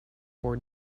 with